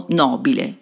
nobile